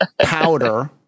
powder